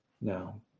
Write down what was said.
now